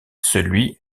celui